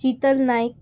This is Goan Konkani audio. शितल नायक